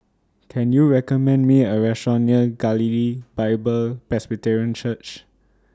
Can YOU recommend Me A Restaurant near Galilee Bible Presbyterian Church